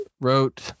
wrote